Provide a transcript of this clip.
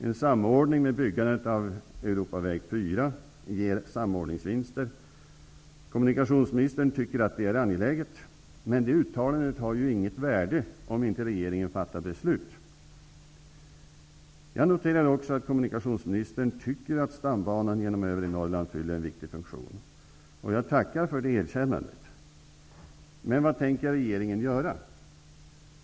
En samordning med byggandet av Europaväg 4 ger samordningsvinster. Kommunikationsministern tycker att det är angeläget. men det uttalandet har inget värde om inte regeringen fattar beslut. Jag noterar också att kommunikationsministern tycker att stambanan genom övre Norrland fyller en viktig funktion, och jag tackar för det erkännandet. Men vad tänker regeringen göra?